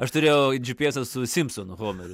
aš turėjau gps su simpsonu homeriu